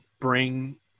bring